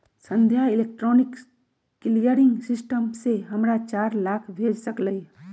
संध्या electronic clearing system से हमरा चार लाख भेज लकई ह